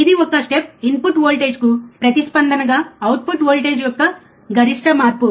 ఇది ఒక step input వోల్టేజ్కు ప్రతిస్పందనగా అవుట్పుట్ వోల్టేజ్ యొక్క గరిష్ట మార్పు